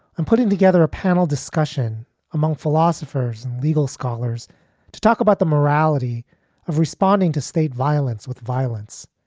i'm putting together a panel discussion among philosophers and legal scholars to talk about the morality of responding to state violence with violence,